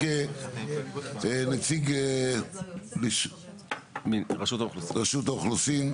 נציג רשות האוכלוסין,